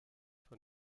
von